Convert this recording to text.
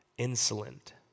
insolent